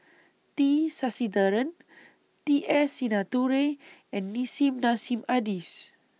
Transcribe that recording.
T Sasitharan T S Sinnathuray and Nissim Nassim Adis